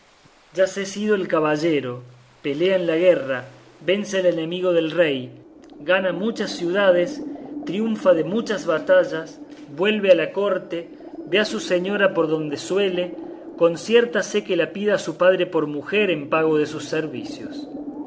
ya se es ido el caballero pelea en la guerra vence al enemigo del rey gana muchas ciudades triunfa de muchas batallas vuelve a la corte ve a su señora por donde suele conciértase que la pida a su padre por mujer en pago de sus servicios